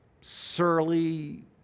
surly